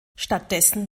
stattdessen